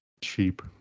cheap